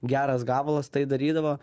geras gabalas tai darydavo